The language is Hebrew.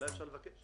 אולי אפשר לבקש.